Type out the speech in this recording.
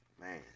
man